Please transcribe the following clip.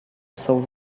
soul